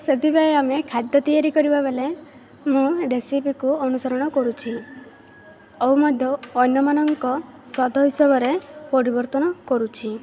ସେଥିପାଇଁ ଆମେ ଖାଦ୍ୟ ତିଆରି କରିବା ବେଳେ ମୁଁ ରେସିପିକୁ ଅନୁସରଣ କରୁଛି ଆଉ ମଧ୍ୟ ଅନ୍ୟମାନଙ୍କ ସ୍ୱାଦ ହିସାବରେ ପରିବର୍ତ୍ତନ କରୁଛି